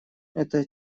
это